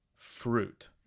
fruit